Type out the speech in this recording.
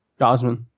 Gosman